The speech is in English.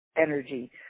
energy